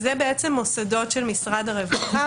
זה בעצם מוסדות של משרד הרווחה,